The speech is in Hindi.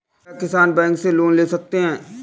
क्या किसान बैंक से लोन ले सकते हैं?